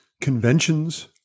conventions